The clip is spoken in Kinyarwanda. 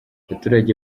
abaturage